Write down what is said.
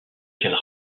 qu’elle